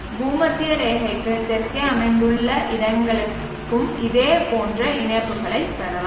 பூமத்திய ரேகைக்கு தெற்கே அமைந்துள்ள இடங்களுக்கும் இதேபோன்ற இணைப்புகளைப் பெறலாம்